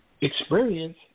experience